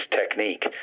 technique